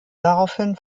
daraufhin